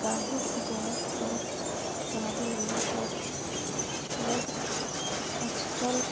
काहींच जाएत कर उत्पादन में सरलग अफसल